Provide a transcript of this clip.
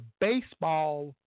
baseball